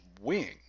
wing